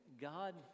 God